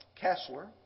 Kessler